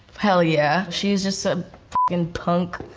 hell yeah. she's just a and punk